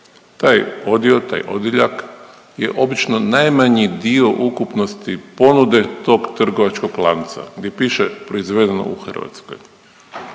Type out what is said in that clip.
Taj odio taj odjeljak je obično najmanji dio ukupnosti ponude tog trgovačkog lanca di piše proizvedeno u Hrvatskoj.